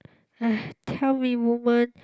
eh tell me woman